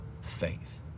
faith